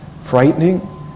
frightening